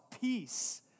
peace